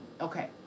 okay